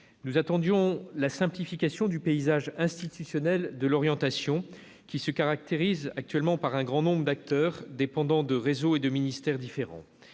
Nous attendions la simplification du paysage institutionnel de l'orientation, qui se caractérise actuellement par un grand nombre d'acteurs, dépendant de réseaux et de ministères différents.